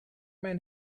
mijn